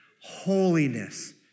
Holiness